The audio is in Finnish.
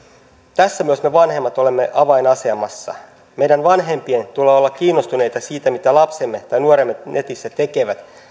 tässä myös me vanhemmat olemme avainasemassa meidän vanhempien tulee olla kiinnostuneita siitä mitä lapsemme tai nuoremme netissä tekevät